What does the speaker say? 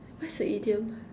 what's a idiom